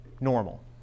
normal